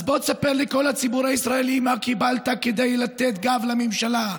אז בוא תספר לכל הציבור הישראלי מה קיבלת כדי לתת גב לממשלה,